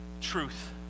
truth